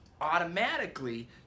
automatically